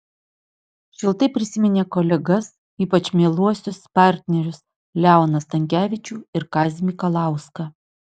šiltai prisiminė kolegas ypač mieluosius partnerius leoną stankevičių ir kazį mikalauską